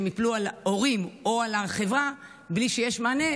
והם ייפלו על ההורים או על החברה בלי שיש מענה,